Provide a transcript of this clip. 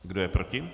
Kdo je proti?